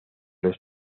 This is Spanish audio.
los